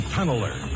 Tunneler